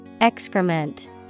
Excrement